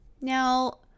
now